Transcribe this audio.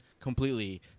completely